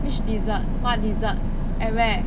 which dessert what dessert at where